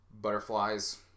Butterflies